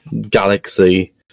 Galaxy